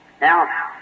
Now